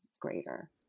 greater